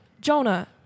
Jonah